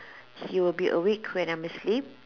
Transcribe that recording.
he'll be awake when I'm asleep